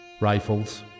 rifles